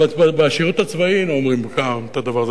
בשירות הצבאי היינו אומרים את הדבר הזה,